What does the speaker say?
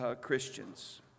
Christians